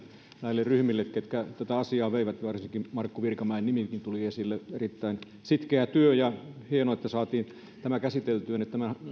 näille ryhmille jotka tätä asiaa ajoivat varsinkin markku virkamäen nimi tuli esille erittäin sitkeä työ ja hienoa että saatiin tämä käsiteltyä nyt tämän